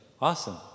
Awesome